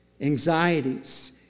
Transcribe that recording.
anxieties